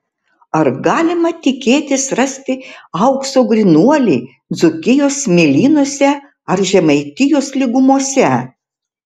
ar galima tikėtis rasti aukso grynuolį dzūkijos smėlynuose ar žemaitijos lygumose